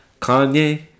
Kanye